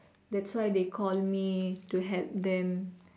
that's why they call me to help them